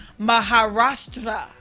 Maharashtra